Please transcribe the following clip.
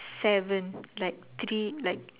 seven like three like